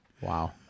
Wow